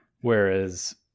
whereas